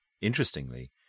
Interestingly